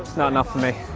not enough for me.